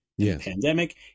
pandemic